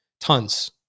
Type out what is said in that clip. tons